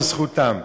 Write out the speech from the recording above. זו זכותם.